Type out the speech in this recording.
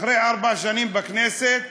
אחרי ארבע שנים בכנסת,